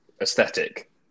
aesthetic